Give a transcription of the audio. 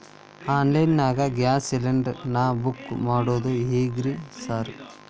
Online ನಾಗ gas cylinder ನಾ book ಮಾಡೋದ್ ಹೆಂಗ್ರಿ ಸಾರ್?